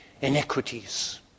inequities